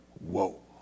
Whoa